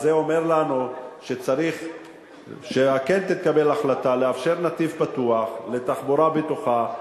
זה אומר לנו שכן תתקבל החלטה לאפשר נתיב בטוח לתחבורה בטוחה,